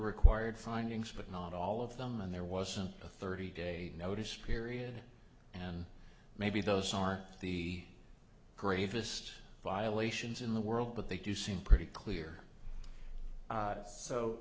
required findings but not all of them and there wasn't a thirty day notice period and maybe those are the greatest violations in the world but they do seem pretty clear